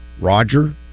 Roger